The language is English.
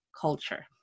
culture